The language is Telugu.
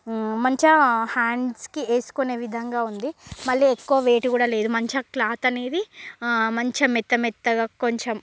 మంచిగా హ్యాండ్స్కి వేసుకునే విధంగా ఉంది మళ్లీ ఎక్కువ వెయిట్ కూడా లేదు మంచిగా క్లాత్ అనేది మంచి మెత్త మెత్త గా కొంచెం